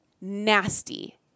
nasty